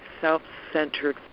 self-centered